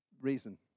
reason